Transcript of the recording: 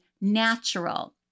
natural